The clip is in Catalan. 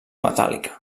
metàl·lica